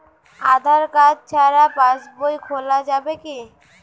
আধার card ছাড়া পাশবই খোলা যাবে কি?